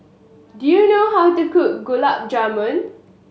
do you know how to cook Gulab Jamun